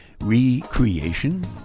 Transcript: Re-creation